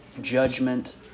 judgment